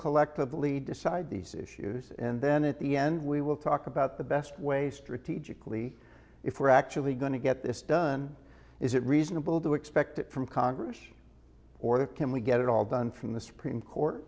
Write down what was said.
collectively decide these issues and then at the end we will talk about the best way strategically if we're actually going to get this done is it reasonable to expect it from congress or can we get it all done from the supreme court